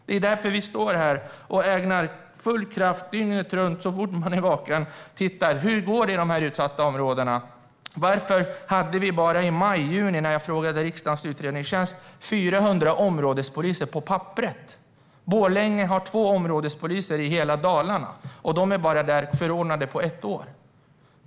Det är därför vi står här och ägnar full kraft åt detta dygnet runt - ja, när vi är vakna i alla fall. Hur går det i de utsatta områdena? Varför hade vi i maj och juni, när jag frågade riksdagens utredningstjänst, bara 400 områdespoliser på papperet? Borlänge har två områdespoliser för hela Dalarna, och de är bara förordnade på ett år.